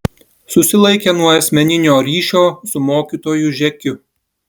susilaikė nuo asmeninio ryšio su mokytoju žekiu